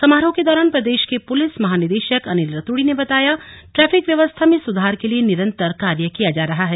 समारोह के दौरान प्रदेश के पुलिस महानिदेशक अनिल रतूड़ी ने बताया ट्रैफिक व्यवस्था में सुधार के लिए निरंतर कार्य किया जा रहा है